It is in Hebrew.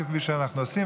כפי שאנחנו עושים,